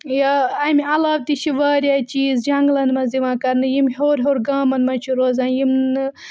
یا امہِ عَلاوٕ تہِ چھِ واریاہ چیٖز جَنٛگلَن مَنٛز یِوان کَرنہٕ یِم ہیوٚر ہیوٚر گامَن مَنٛز چھِ روزان یِم نہٕ